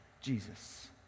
Jesus